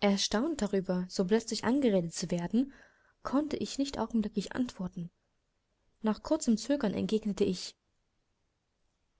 erstaunt darüber so plötzlich angeredet zu werden konnte ich nicht augenblicklich antworten nach kurzem zögern entgegnete ich